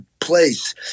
place